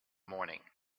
morning